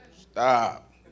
Stop